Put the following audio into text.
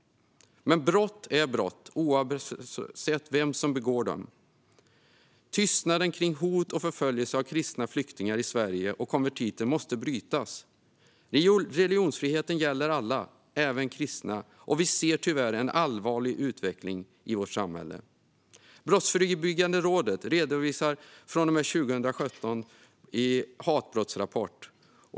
Men brott är brott, oavsett vem som begår dem. Tystnaden kring hot mot och förföljelse av kristna flyktingar i Sverige och konvertiter måste brytas. Religionsfriheten gäller alla, även kristna. Vi ser tyvärr en allvarlig utveckling i vårt samhälle. Brottsförebyggande rådet redovisar från och med 2017 en hatbrottsrapport.